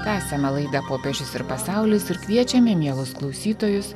tęsiame laidą popiežius ir pasaulis ir kviečiame mielus klausytojus